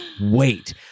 wait